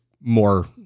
more